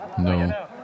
No